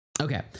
Okay